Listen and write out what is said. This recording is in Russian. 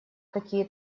какие